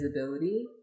visibility